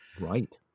Right